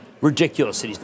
ridiculous